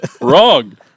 Wrong